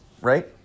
right